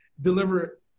deliver